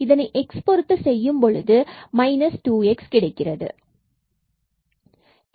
இதை x பொருத்து 2x இவ்வாறாக கிடைக்கிறது